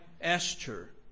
Esther